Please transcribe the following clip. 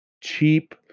cheap